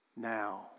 now